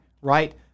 Right